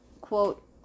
quote